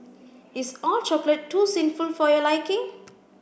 is all chocolate too sinful for your liking